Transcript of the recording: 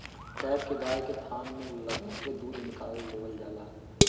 cap के गाय के थान में लगा के दूध निकाल लेवल जाला